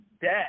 dead